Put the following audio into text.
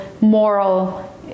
moral